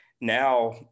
Now